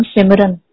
Simran